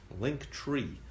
Linktree